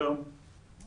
אנחנו